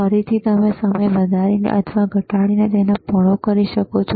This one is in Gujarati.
ફરીથી તમે સમય વધારીને અથવા ઘટાડીને તેને પહોળો કરી શકો છો